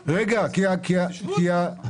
נוצלו.